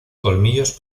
colmillos